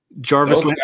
jarvis